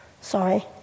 Sorry